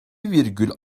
virgül